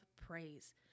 praise